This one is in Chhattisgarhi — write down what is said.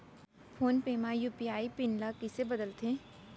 फोन पे म यू.पी.आई पिन ल कइसे बदलथे?